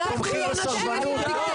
כדי לשרת את השחיתות.